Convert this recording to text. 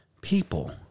people